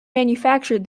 manufactured